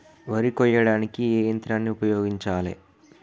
వరి కొయ్యడానికి ఏ యంత్రాన్ని ఉపయోగించాలే?